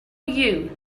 you